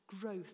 growth